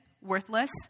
worthless